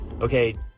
Okay